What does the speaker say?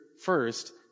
first